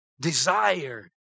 desire